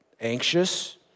anxious